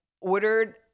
ordered